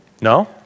No